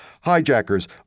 hijackers